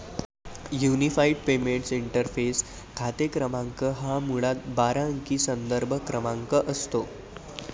unified payments interface खाते क्रमांक हा मुळात बारा अंकी संदर्भ क्रमांक असतो